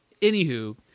anywho